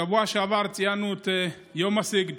בשבוע שעבר ציינו את יום הסיגד